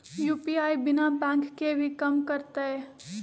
UPI बिना bank के भी कम करतै?